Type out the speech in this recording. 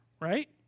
right